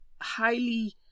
highly